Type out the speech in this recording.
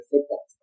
football